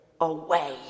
away